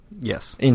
yes